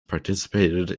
participated